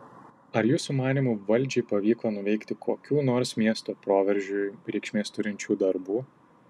ar jūsų manymu valdžiai pavyko nuveikti kokių nors miesto proveržiui reikšmės turinčių darbų